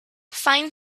fine